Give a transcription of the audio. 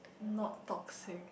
not toxic